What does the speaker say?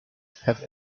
have